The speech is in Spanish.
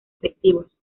efectivos